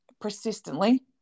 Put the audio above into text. persistently